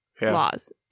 laws